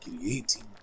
creating